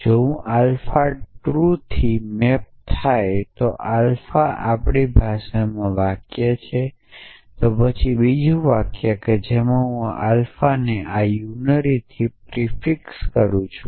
જો હું alpha true થી મૅપ મૅપ થાય અને આલ્ફા આપણી ભાષામાં વાક્ય છે તો પછી બીજું વાક્ય જેમાં હું આ આલ્ફાને આ યૂનરી થી પ્રીફિક્સ કરું છું